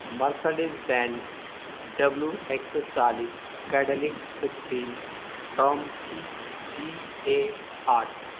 Mercedes Benz W ایک سو چالی Cadillac sixteen Trumpchi G A آٹھ